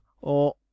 or—